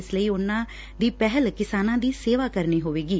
ਇਸ ਲਈ ਉਨ੍ਹਾਂ ਦੀ ਪਹਿਲ ਕਿਸਾਨਾਂ ਦੀ ਸੇਵਾ ਕਰਨੀ ਹੋਵੇਗੀ